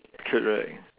correct